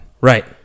Right